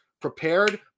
prepared